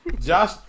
Josh